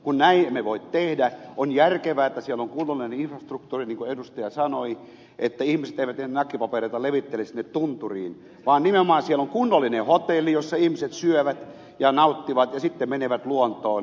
kun näin emme voi tehdä on järkevää että siellä on kunnollinen infrastruktuuri niin kuin edustaja sanoi että ihmiset eivät niitä nakkipapereita levittelisi sinne tunturiin vaan nimenomaan siellä on kunnollinen hotelli jossa ihmiset syövät ja nauttivat ja sitten menevät luontoon